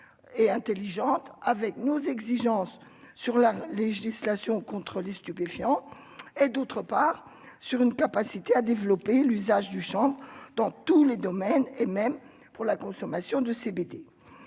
et intelligente avec nos exigences sur la législation contre les stupéfiants et d'autre part sur une capacité à développer l'usage du Champ dans tous les domaines et même pour la consommation de car